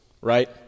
Right